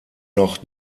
noch